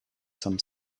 some